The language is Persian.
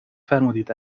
فرمودید